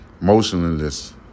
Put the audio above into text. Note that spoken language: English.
motionless